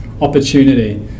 opportunity